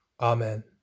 Amen